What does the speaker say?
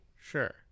sure